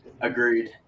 Agreed